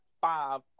five